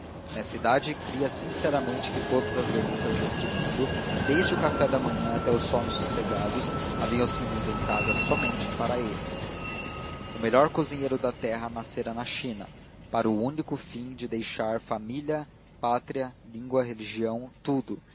nessa idade cria sinceramente que todas as delícias deste mundo desde o café de manhã até os sonos sossegados haviam sido inventados somente para ele o melhor cozinheiro da terra nascera na china para o único fim de deixar família pátria língua religião tudo